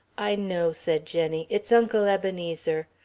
i know, said jenny, it's uncle ebenezer.